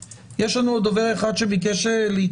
יש לנו עוד דובר אחד שביקש להתייחס,